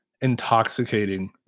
intoxicating